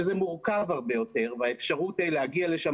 שזה מורכב הרבה יותר והאפשרות להגיע לשם